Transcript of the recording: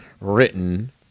written